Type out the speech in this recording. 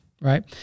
Right